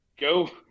Go